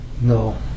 No